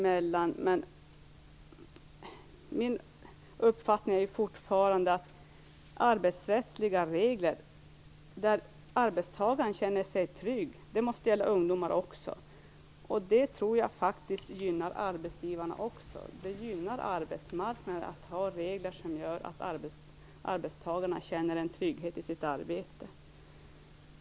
Min uppfattning är fortfarande att arbetsrättsliga regler som arbetstagaren kan känna sig trygg med även måste gälla ungdomar. Jag tror faktiskt att det gynnar arbetsgivarna också. Det gynnar arbetsmarknaden att ha regler som gör att arbetstagarna känner en trygghet i sitt arbete.